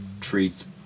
treats